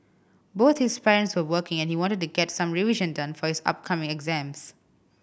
both his parents were working and he wanted to get some revision done for his upcoming exams